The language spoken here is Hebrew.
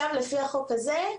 לפי החוק הזה,